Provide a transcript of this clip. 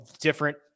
different